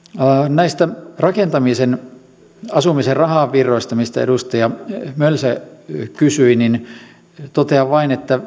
näistä rakentamisen asumisen rahavirroista mistä edustaja mölsä kysyi totean vain että